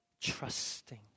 Trusting